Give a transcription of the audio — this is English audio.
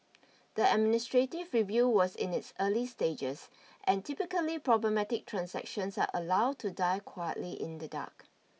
the administrative review was in its early stages and typically problematic transactions are allowed to die quietly in the dark